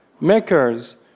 makers